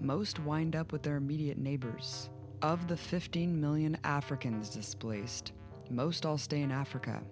most wind up with their immediate neighbors of the fifteen million africans displaced most all stay in africa